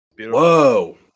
Whoa